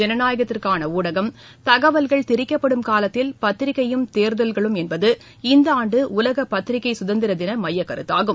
ஜனநாயகத்திற்கானஊடகம் தகவல்கள் திரிக்கப்படும் காலத்தில் பத்திரிகையும் தேர்தல்களும் என்பது இந்தஆண்டுஉலகப் பத்திரிகைசுதந்திரதினமையக்கருத்தாகும்